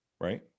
right